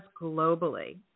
globally